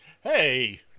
hey